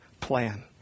plan